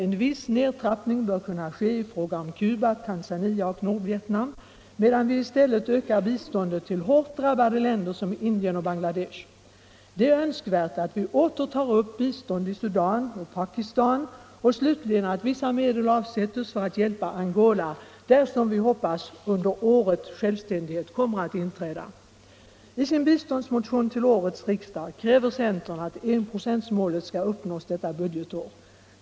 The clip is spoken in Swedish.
En viss nedtrappning bör kunna ske i fråga om Cuba, Tanzania och Nordvietnam, medan vi i stället ökar biståndet till hårt drabbade länder som Indien och Bangladesh. Det är önskvärt att vi åter tar upp bistånd i Sudan och Pakistan och slutligen att vissa medel avsätts för att hjälpa Angola där, som vi hoppas, under året självständighet kommer att inträda. I sin biståndsmotion till årets riksdag kräver centern att enprocentsmålet skall uppnås detta budgetår.